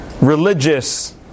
religious